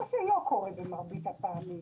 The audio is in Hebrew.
מה שלא קורה במרבית הפעמים.